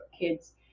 kids